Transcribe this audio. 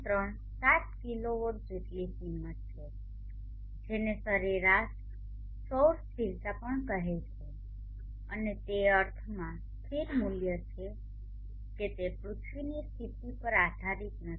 3 7 kilowatt જેટલી કિંમત છે જેને સરેરાશ સૌર સ્થિરતા પણ કહેવામાં આવે છે અને તે તે અર્થમાં સ્થિર મૂલ્ય છે કે તે પૃથ્વીની સ્થિતિ પર આધારિત નથી